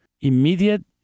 immediate